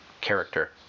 character